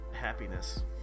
happiness